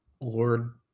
lord